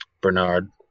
Bernard